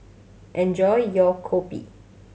enjoy your kopi